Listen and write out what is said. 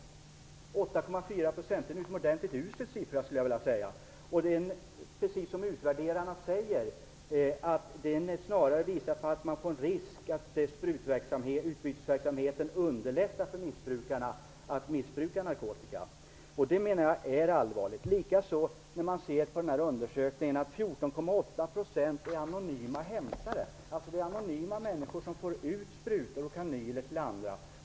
Det är alltså en utomordentligt usel siffra. Det visar, som utvärderarna säger, att detta snarare visar på risken att utbytesverksamheten underlättar för missbrukarna att missbruka narkotika. Det menar jag är allvarligt. Enligt undersökningen är 14,8 % är anonyma hämtare. Anonyma personer får alltså ut sprutor och kanyler till andra.